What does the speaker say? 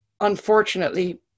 unfortunately